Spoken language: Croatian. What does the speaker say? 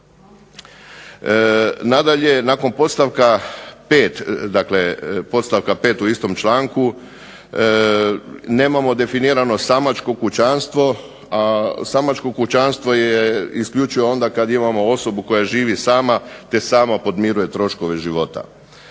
Nadalje, nakon podstavka 5. u istom članku nemamo definiramo samačko kućanstvo, a samačko kućanstvo je isključivo onda kad imamo osobu koja živi sama te sama podmiruje troškove života.